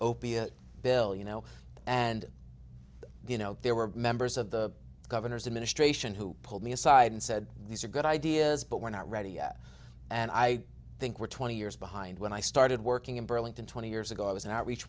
opiah bill you know and you know there were members of the governor's administration who pulled me aside and said these are good ideas but we're not ready yet and i think we're twenty years behind when i started working in burlington twenty years ago i was an